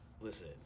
listen